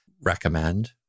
recommend